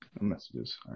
Messages